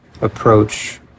approach